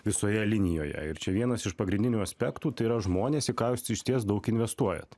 visoje linijoje ir čia vienas iš pagrindinių aspektų tai yra žmonės į ką jūs išties daug investuojat